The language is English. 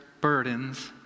burdens